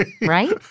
right